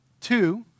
Two